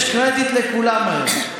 יש קרדיט לכולם היום.